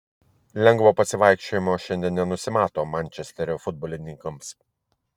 lengvo pasivaikščiojimo šiandien nenusimato mančesterio futbolininkams